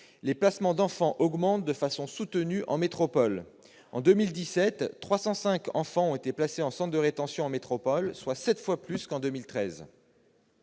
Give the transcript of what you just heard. les placements d'enfants augmentent de façon soutenue en métropole : en 2017, quelque 305 enfants ont été placés en centre de rétention en métropole, soit sept fois plus qu'en 2013.